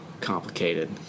complicated